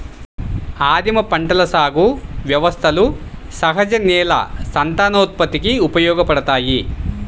ఆదిమ పంటల సాగు వ్యవస్థలు సహజ నేల సంతానోత్పత్తికి ఉపయోగపడతాయి